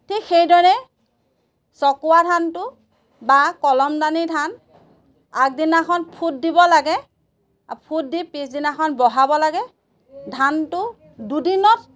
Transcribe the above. ঠিক সেইদৰে চকুৱা ধানটো বা কলম দানি ধান আগদিনাখন ফুট দিব লাগে ফুট দি পিছদিনাখন বহাব লাগে ধানটো দুদিনত